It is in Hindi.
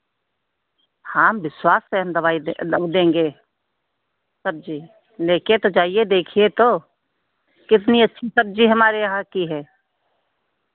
हाँ हम विश्वास पे हम दवाई वो देंगे सब्ज़ी लेके तो जाइए देखिए तो कितनी अच्छी सब्ज़ी हमारे यहाँ की है